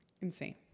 Insane